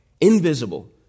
invisible